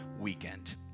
weekend